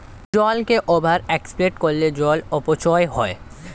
জলকে over exploit করলে জল অপচয় হয়